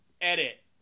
edit